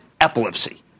epilepsy